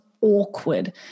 awkward